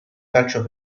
calcio